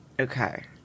Okay